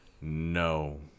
no